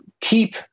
keep